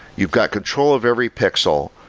you've got control of every pixel.